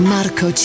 Marco